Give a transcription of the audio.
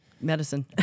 medicine